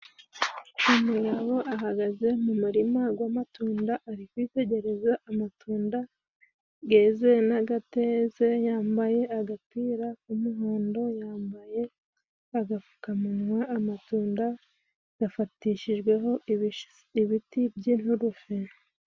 Umugabo ahagaze mu murima gw'amatunda ari kwitegereza amatunda geze n'agateze. Yambaye agapira k'umuhondo, yambaye agapfukamunwa, amatunda gafatishijweho ibiti by'inturufe.